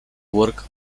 work